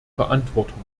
verantwortung